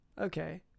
Okay